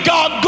God